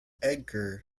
edgar